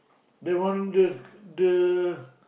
the one the the